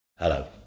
Hello